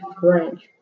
French